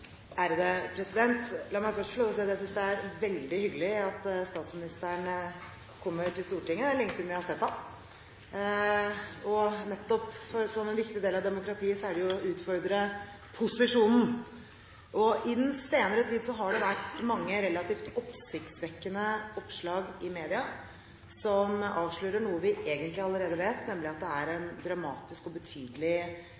Siv Jensen. La meg først få lov til å si at jeg synes det er veldig hyggelig at statsministeren kommer til Stortinget, det er lenge siden vi har sett ham. Det å utfordre posisjonen er nettopp en viktig del av demokratiet. I den senere tid har det vært mange relativt oppsiktsvekkende oppslag i media som avslører noe vi egentlig allerede vet, nemlig at det er